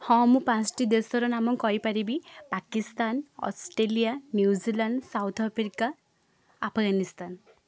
ହଁ ମୁଁ ପାଞ୍ଚଟି ଦେଶର ନାମ କହିପାରିବି Pakistan Australia New Zealand South Africa Afghanistan